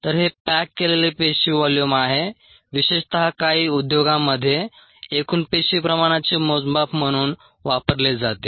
तर हे पॅक केलेले पेशी व्हॉल्यूम आहे विशेषत काही उद्योगांमध्ये एकूण पेशी प्रमाणाचे मोजमाप म्हणून वापरले जाते